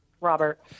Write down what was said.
Robert